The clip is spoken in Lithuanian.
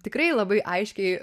tikrai labai aiškiai